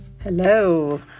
Hello